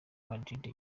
madrid